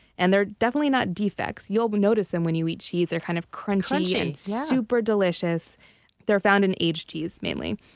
and they're definitely not defects. you'll but notice them when you eat cheese, they're kind of crunchy and super delicious they're found in aged cheese, mainly,